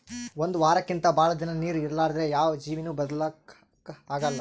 ಒಂದ್ ವಾರಕ್ಕಿಂತ್ ಭಾಳ್ ದಿನಾ ನೀರ್ ಇರಲಾರ್ದೆ ಯಾವ್ ಜೀವಿನೂ ಬದಕಲಕ್ಕ್ ಆಗಲ್ಲಾ